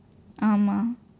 ஆமாம்:aamaam